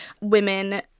Women